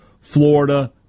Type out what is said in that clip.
Florida